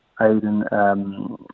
Aidan